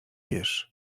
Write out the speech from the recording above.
wiesz